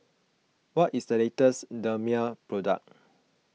what is the latest Dermale product